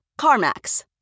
CarMax